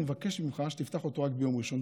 אני מבקש ממך שתפתח אותו רק ביום ראשון.